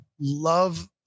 love